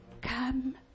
Come